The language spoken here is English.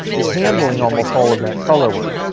is handling almost all of that color work.